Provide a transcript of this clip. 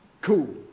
cool